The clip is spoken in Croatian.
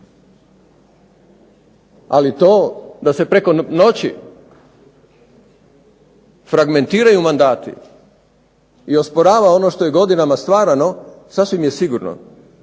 ali to da se preko noći fragmentiraju mandati i osporava ono što je godinama stvarano sasvim je sigurno